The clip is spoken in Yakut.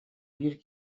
биир